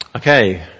Okay